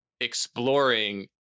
exploring